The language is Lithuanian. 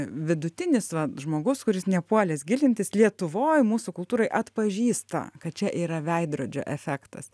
vidutinis va žmogus kuris nepuolęs gilintis lietuvoj mūsų kultūroj atpažįsta kad čia yra veidrodžio efektas